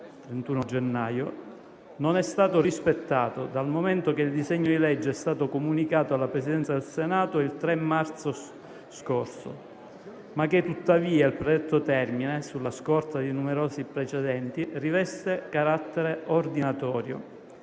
21 gennaio, non è stato rispettato, dal momento che il disegno di legge è stato comunicato alla Presidenza del Senato il 3 marzo scorso, ma che, tuttavia, il predetto termine, sulla scorta di numerosi precedenti, riveste carattere ordinatorio.